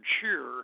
cheer